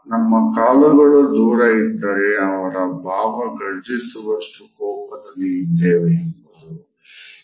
ನಮ್ಮ ಕಾಲುಗಳು ದೂರ ಇದ್ದರೇ ಅದರ ಭಾವ ನಾವು ಘರ್ಜಿಸುವಷ್ಟು ಕೋಪದಲ್ಲಿ ಇದ್ದೇವೆ ಎಂಬುದು